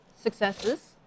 successes